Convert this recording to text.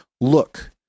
look